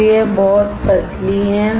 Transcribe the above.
तो यह बहुत पतली है